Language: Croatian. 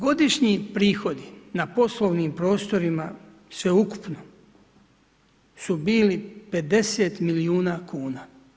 Godišnji prihodi na poslovnim prostorima sveukupno su bili 50 milijuna kuna.